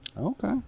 Okay